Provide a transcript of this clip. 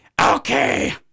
Okay